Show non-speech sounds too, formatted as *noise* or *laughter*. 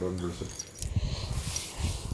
don't bullshit *breath*